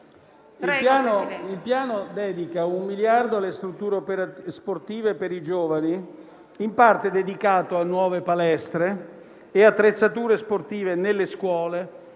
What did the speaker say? Il Piano dedica 1 miliardo alle strutture sportive per i giovani, in parte dedicato a nuove palestre e attrezzature sportive nelle scuole,